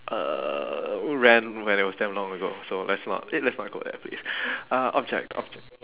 uh ran when it was damn long ago so let's not let's not go there please uh object object